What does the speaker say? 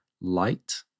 light